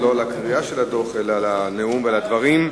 לא לקריעה של הדוח, אלא לנאום ולדברים.